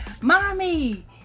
mommy